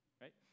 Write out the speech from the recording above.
Right